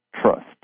trust